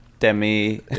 Demi